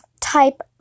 type